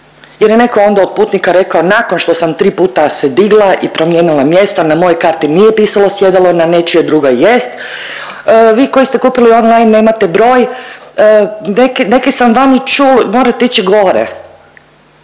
jer je neko onda od putnika rekao nakon što sam tri puta se digla i promijenila mjesto, na mojoj karti nije pisalo sjedalo, na nečijoj drugoj jest. Vi koji ste kupili online nemate broj, neki, neki sam dan i čul morate ići gore.